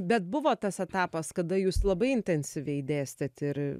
bet buvo tas etapas kada jūs labai intensyviai dėstėt ir